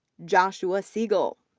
joshua siegel,